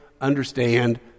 understand